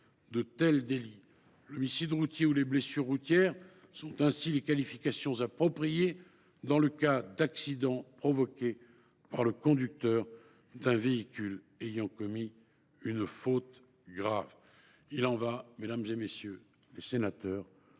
de tels délits. L’homicide routier ou les blessures routières sont ainsi les qualifications appropriées dans le cas d’accidents provoqués par le conducteur d’un véhicule ayant commis une faute grave. Il y va tout simplement